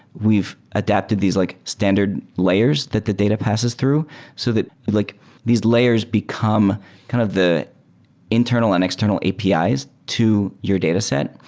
we've adapted these like standard layers that the data passes through so that like these layers become kind of the internal and external apis to your dataset.